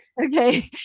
Okay